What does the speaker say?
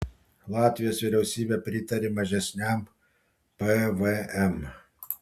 latvijos vyriausybė pritarė mažesniam pvm